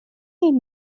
این